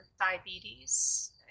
diabetes